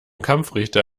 kampfrichter